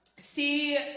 see